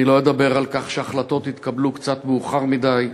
אני לא אדבר על כך שהחלטות התקבלו קצת מאוחר מדי.